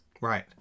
Right